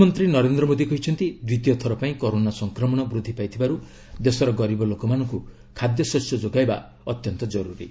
ପ୍ରଧାନମନ୍ତ୍ରୀ ନରେନ୍ଦ୍ର ମୋଦୀ କହିଛନ୍ତି ଦ୍ୱିତୀୟ ଥର ପାଇଁ କରୋନା ସଂକ୍ରମଣ ବୃଦ୍ଧି ପାଇଥିବାରୁ ଦେଶର ଗରିବ ଲୋକମାନଙ୍କୁ ଖାଦ୍ୟଶସ୍ୟ ଯୋଗାଇବା ଅତ୍ୟନ୍ତ କରୁରୀ